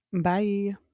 Bye